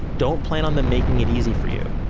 don't plan on them making it easy for you.